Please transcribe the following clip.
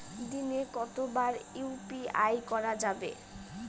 দিনে কতবার ইউ.পি.আই করা যাবে?